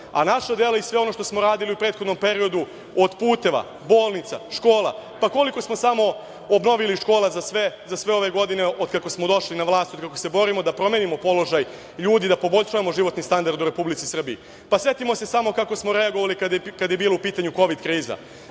A naša dela i sve ono što smo radili u prethodnom periodu od puteva, bolnica, škola, pa koliko smo samo obnovili škola za sve ove godine od kada smo došli na vlast, od kada se borimo da promenimo položaj ljudi, da poboljšamo životni standard u Republici Srbiji. Setimo se samo kako smo reagovali kada je bila u pitanju kovid kriza,